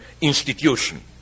institution